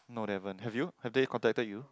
no haven't have you have they contacted you